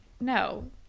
no